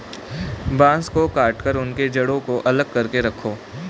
बांस को काटकर उनके जड़ों को अलग करके रखो